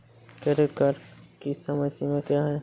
Credit card की समय सीमा क्या है?